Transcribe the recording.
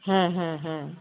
হ্যাঁ হ্যাঁ হ্যাঁ